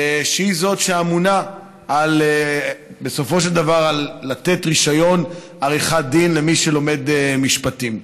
והיא שאמונה בסופו של דבר על מתן רישיון עריכת דין למי שלומד משפטים.